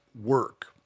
work